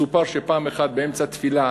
מסופר שפעם אחת באמצע תפילה,